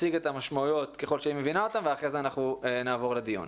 תציג את המשמעויות ככל שהיא מבינה אותן ואחר כך נעבור לדיון.